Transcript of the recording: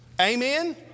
Amen